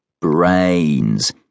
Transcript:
Brains